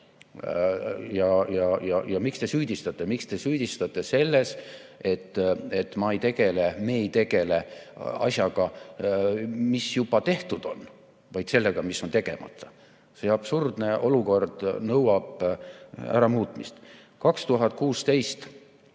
kogu aeg. Ja miks te süüdistate selles, et ma ei tegele, me ei tegele asjaga, mis juba tehtud on, vaid sellega, mis on tegemata? See absurdne olukord nõuab äramuutmist. 2016,